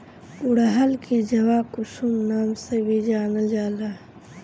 गुड़हल के जवाकुसुम नाम से भी जानल जाला